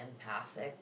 empathic